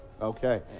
Okay